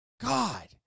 God